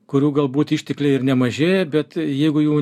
kurių galbūt ištekliai ir nemažėja bet jeigu jų